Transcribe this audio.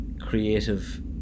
creative